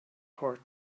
heart